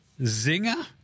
Zinger